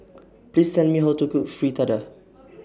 Please Tell Me How to Cook Fritada